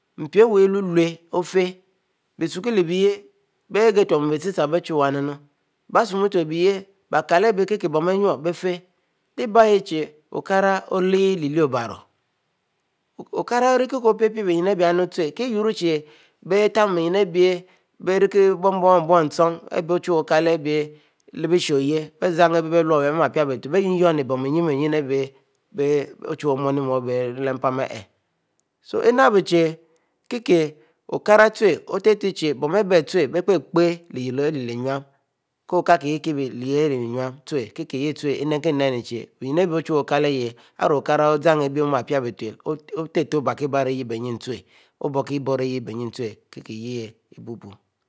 Mpi ofieh bieh esukuel abieh bieghtum bititeher biechu yununu, bie asumutu bieh-bieh, biekile abieh kia bon ben/yue/yue biefieh leh-abieh yieh chie okara omieleleh- obara, okara orieh opepie beyen yue kieyurochie bie eto beyen abieh nchin abieh leh-bieshieh bie zam abielur bie mar pia bietule, bie yuen bon bieyen-bieyen abieh bierileh-bieshe, ochuwue o'mur-omur leh mpan abieh okara zam omieh pie bietule otehteh obierkie biero ayeh ute obiekibor yeh bie mieh ute.